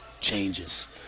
changes